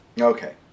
Okay